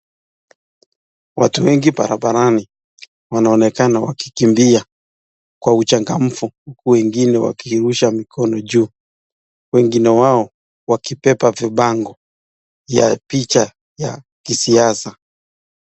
Watu wengi barabarani wanaonekana wakikimbia kwa uchangamfu huku wengine wakirusha mikono juu, wengine wao wakibeba vibango ya picha ya kisiasa.